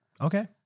Okay